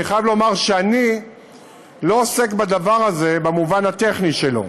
אני חייב לומר שאני לא עוסק בדבר הזה במובן הטכני שלו.